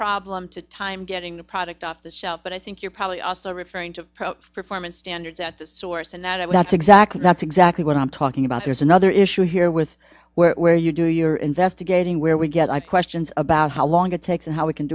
problem to time getting the product off the shelf but i think you're probably also referring to performance standards at the source and that would have to exactly that's exactly what i'm talking about there's another issue here with where you do your investigating where we get questions about how long it takes and how we can